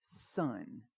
son